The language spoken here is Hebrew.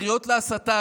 הקריאות להסתה,